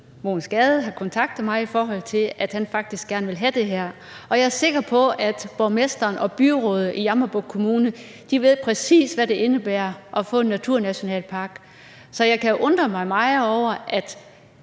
Mogens Gade, har kontaktet mig, fordi han faktisk gerne vil have det her. Og jeg er sikker på, at borgmesteren og byrådet i Jammerbugt Kommune ved præcist, hvad det indebærer at få en naturnationalpark. Så jeg kan undre mig meget over, at